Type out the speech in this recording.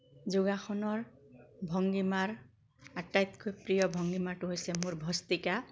যোগাসনৰ ভংগীমাৰ আটাইতকৈ প্ৰিয় ভংগীমাটো হৈছে মোৰ ভস্ত্ৰিকা